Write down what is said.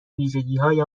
ویژگیهای